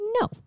no